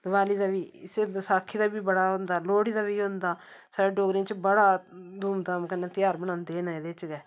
दिबाली दा बी इस पर बसाखी दा बी बड़ा होंदा लौहडी दा बी होंदा साढ़े डोगरे च बड़ा धूमधाम कन्नै तेहार मनांदे न एह् एह्दे च गै